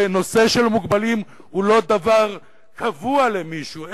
שנושא של מוגבלים בה הוא לא דבר קבוע למישהו.